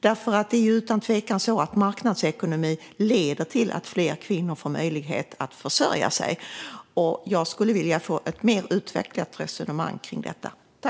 Det är ju utan tvekan så att marknadsekonomi leder till att fler kvinnor får möjlighet att försörja sig. Jag vill gärna höra ett mer utvecklat resonemang om detta.